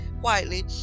quietly